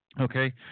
Okay